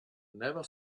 never